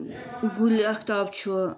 گُلہِ آختاب چھُ